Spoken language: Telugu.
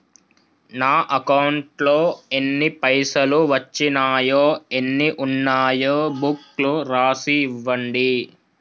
నా అకౌంట్లో ఎన్ని పైసలు వచ్చినాయో ఎన్ని ఉన్నాయో బుక్ లో రాసి ఇవ్వండి?